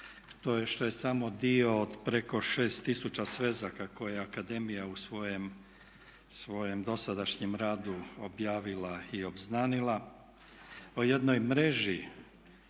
To je samo dio od preko 6000 svezaka koje je akademija u svojem dosadašnjem radu objavila i obznanila. O jednoj mreži,